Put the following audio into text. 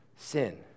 Sin